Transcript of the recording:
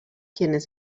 quienes